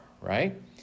right